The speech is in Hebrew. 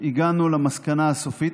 שהגענו למסקנה הסופית.